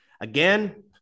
Again